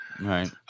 Right